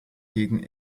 gegen